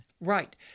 Right